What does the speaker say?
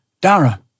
Dara